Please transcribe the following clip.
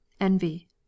envy